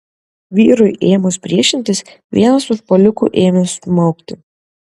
vyrui ėmus priešintis vienas užpuolikų ėmė smaugti